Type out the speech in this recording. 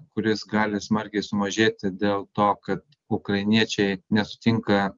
kuris gali smarkiai sumažėti dėl to kad ukrainiečiai nesutinka